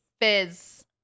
Fizz